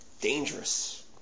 Dangerous